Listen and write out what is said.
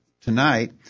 tonight